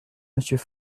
monsieur